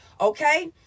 okay